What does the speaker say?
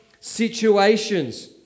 situations